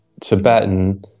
tibetan